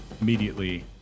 immediately